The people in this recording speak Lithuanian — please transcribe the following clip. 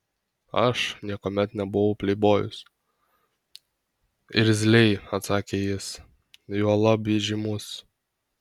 aš niekuomet nebuvau pleibojus irzliai atsakė jis juolab įžymus